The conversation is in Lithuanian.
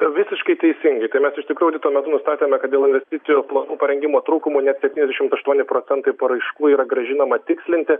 visiškai teisingai tai mes iš tikrųjų audito metu nustatėme kad dėl investicijų planų parengimo trūkumų net septyniasdešimt aštuoni procentai paraiškų yra grąžinama tikslinti